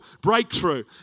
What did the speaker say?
breakthrough